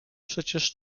przecież